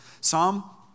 Psalm